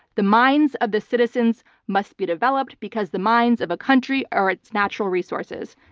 the minds of the citizens must be developed because the minds of a country are natural resources.